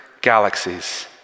galaxies